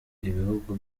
ibihugu